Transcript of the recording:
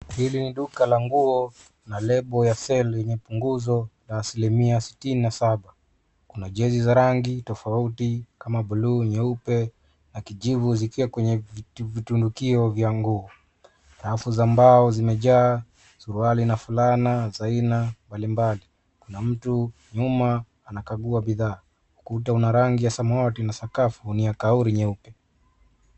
Hili ni duka la nguo na lebo ya seli lenye punguzo la asilimia sitini na saba. Kuna jezi za rangi tofauti kama bluu, nyeupe na kijivu zikiwa kwenye vitundukio vya nguo. Rafu za mbao zimejaa suruali na fulani. Kuna mtu nyuma anakagua bidhaa. Ukuta una rangi ya samawati na sakafu ni ya kauli nyeupe.